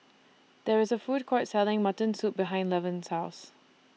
There IS A Food Court Selling Mutton Soup behind Levon's House